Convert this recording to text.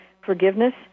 forgiveness